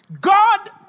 God